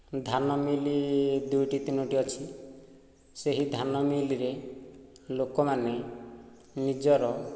ଧାନ ମିଲ୍ ଦୁଇଟି ତିନୋଟି ଅଛି ସେହି ଧାନ ମିଲ୍ରେ ଲୋକମାନେ ନିଜର